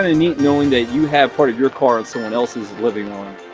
ah neat knowing that you have part of your car in someone else's, living on.